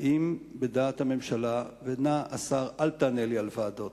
האם בדעת הממשלה, ונא, השר, אל תענה לי על ועדות,